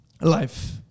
life